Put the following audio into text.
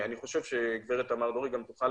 בחוק נקבע